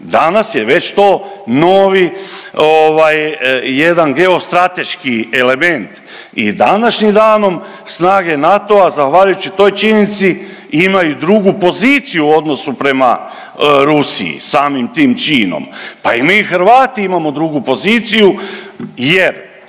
Danas je već to novi jedan geostrateški element i današnjim danom snage NATO-a zahvaljujući toj činjenici imaju drugu poziciju u odnosu prema Rusiji, samim tim činom. Pa i mi Hrvati imamo drugu poziciju jer